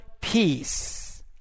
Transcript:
peace